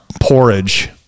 Porridge